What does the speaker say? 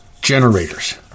generators